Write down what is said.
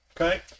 Okay